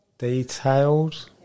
Detailed